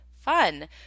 fun